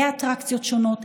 באטרקציות שונות,